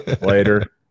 Later